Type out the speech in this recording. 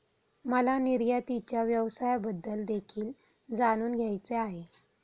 मला निर्यातीच्या व्यवसायाबद्दल देखील जाणून घ्यायचे आहे